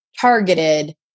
targeted